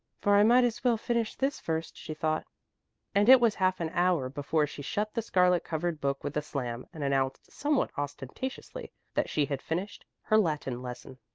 for i might as well finish this first, she thought and it was half an hour before she shut the scarlet-covered book with a slam and announced somewhat ostentatiously that she had finished her latin lesson.